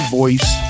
voice